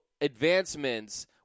advancements